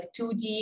2D